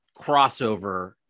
crossover